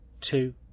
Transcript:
two